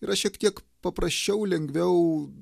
yra šiek tiek paprasčiau lengviau